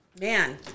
Man